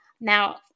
Now